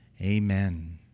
Amen